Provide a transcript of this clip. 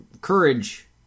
Courage